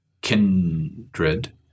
kindred